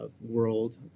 world